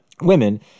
women